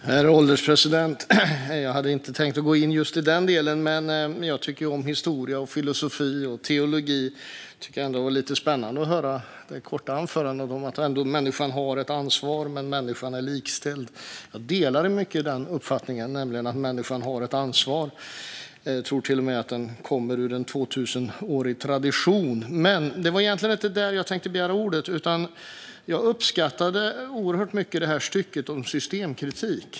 Herr ålderspresident! Jag tycker om historia, filosofi och teologi och tyckte att det var lite spännande att höra att människan har ett ansvar men är likställd. Jag delar i mycket uppfattningen att människan har ett ansvar. Jag tror till och med att den kommer ur en tvåtusenårig tradition. Men det var inte därför jag begärde ordet. Jag uppskattade mycket talet om systemkritik.